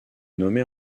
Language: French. nommée